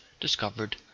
discovered